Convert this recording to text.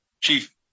chief